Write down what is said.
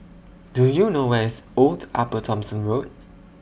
Do YOU know Where IS Old Upper Thomson Road